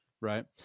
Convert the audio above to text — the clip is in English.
Right